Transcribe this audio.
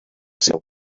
seu